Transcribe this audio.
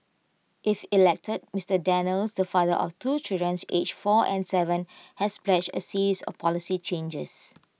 if elected Mister Daniels the father of two children's aged four and Seven has pledged A series of policy changes